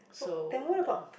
so the